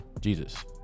jesus